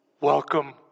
welcome